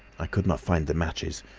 i could not find the matches.